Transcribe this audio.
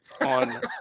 on